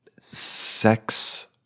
Sex